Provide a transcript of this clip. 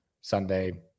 Sunday